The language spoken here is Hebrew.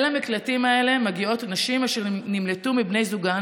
אל המקלטים האלה מגיעות נשים אשר נמלטו מבני זוגן